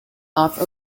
off